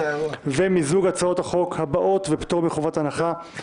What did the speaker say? מי בעד הצעת יושבת-ראש ועדת הפנים לפטור להצעת